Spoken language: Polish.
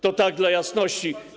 To tak dla jasności.